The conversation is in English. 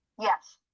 Yes